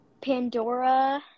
Pandora